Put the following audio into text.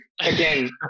Again